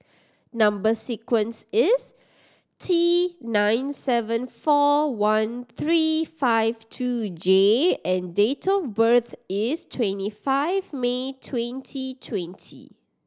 number sequence is T nine seven four one three five two J and date of birth is twenty five May twenty twenty